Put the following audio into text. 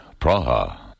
Praha